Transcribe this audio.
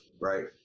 right